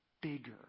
bigger